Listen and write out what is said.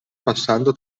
passando